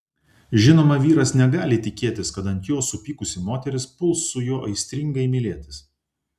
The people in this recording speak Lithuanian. žinoma vyras negali tikėtis kad ant jo supykusi moteris puls su juo aistringai mylėtis